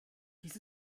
dies